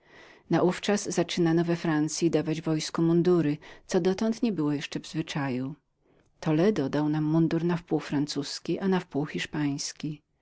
naówczas zaczynano we francyi dawać wojsku mundury co dotąd nie było jeszcze w zwyczaju toledo dał nam mundur przez pół francuzki i hiszpański